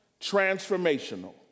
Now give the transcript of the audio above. transformational